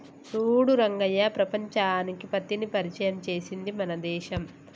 చూడు రంగయ్య ప్రపంచానికి పత్తిని పరిచయం చేసింది మన దేశం